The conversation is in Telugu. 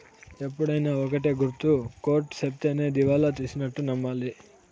ఎప్పుడైనా ఒక్కటే గుర్తు కోర్ట్ సెప్తేనే దివాళా తీసినట్టు నమ్మాలి